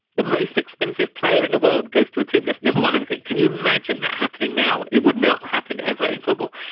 the most expensive player in the world goes to a team that's never wanted to think can you imagine that happening now. it would not happen ever in football.